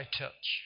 touch